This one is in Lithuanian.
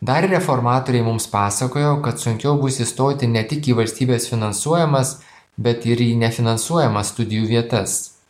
dar reformatoriai mums pasakojo kad sunkiau bus įstoti ne tik į valstybės finansuojamas bet ir į nefinansuojamas studijų vietas